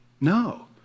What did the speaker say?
No